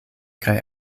kaj